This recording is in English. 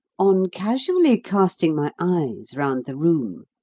on casually casting my eyes round the room,